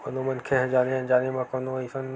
कोनो मनखे ह जाने अनजाने म कोनो अइसन